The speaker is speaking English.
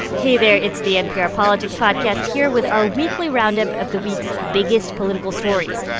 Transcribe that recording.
hey there. it's the npr politics podcast here with our weekly roundup of the week's biggest political stories.